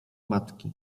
matki